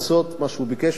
מה שהוא ביקש ממני,